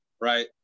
right